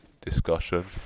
discussion